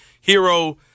hero